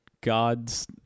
God's